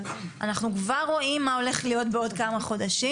אנחנו כבר רואים מה הולך להיות בעוד כמה חודשים,